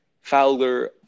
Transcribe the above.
Fowler